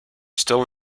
still